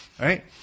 Right